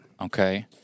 Okay